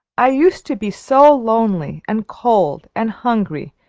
i used to be so lonely and cold and, hungry,